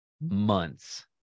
months